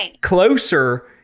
closer